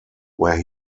where